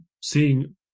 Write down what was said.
seeing